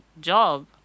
job